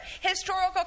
Historical